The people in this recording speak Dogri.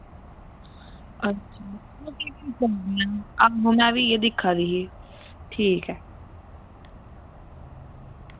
आहो में बी इयै दिक्खा दी ही ठीक ऐ